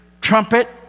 trumpet